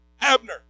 Abner